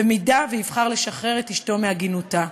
אם יבחר לשחרר את אשתו מעגינותה.